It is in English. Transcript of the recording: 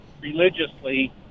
religiously